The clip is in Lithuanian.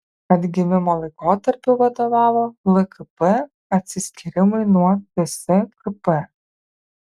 atgimimo laikotarpiu vadovavo lkp atsiskyrimui nuo tskp